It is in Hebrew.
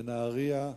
בנהרייה,